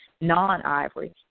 non-ivory